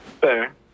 Fair